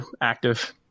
active